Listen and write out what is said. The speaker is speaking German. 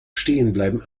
stehenbleiben